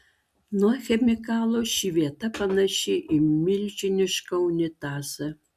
nuo chemikalų ši vieta panaši į milžinišką unitazą